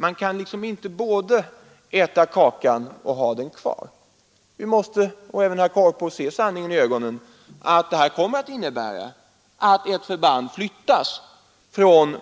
Man kan inte både äta kakan och ha den kvar. Vi måste, och även herr Korpås, se sanningen i ögonen. Det här kommer att innebära att ett förband försvinner från